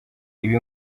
ibi